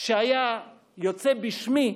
שהיה יוצא בשמי